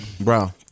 bro